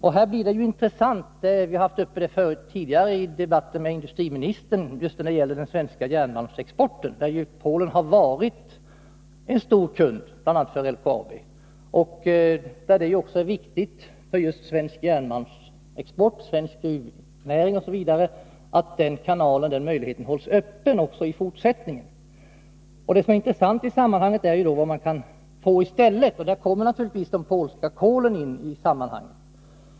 Vi har förut haft frågan om den svenska järnmalmsexporten uppe till debatt med industriministern. Polen har varit en stor kund, bl.a. för LKAB, och det är viktigt för svensk järnmalmsexport, svensk gruvnäring osv. att den kanalen hålls öppen också i fortsättningen. Det som är intressant i sammanhanget är vad man kan få i stället, och där kommer naturligtvis det polska kolet in i bilden.